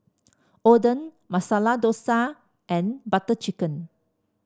Oden Masala Dosa and Butter Chicken